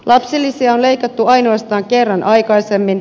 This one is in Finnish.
lapsilisiä on leikattu ainoastaan kerran aikaisemmin